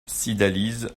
cydalise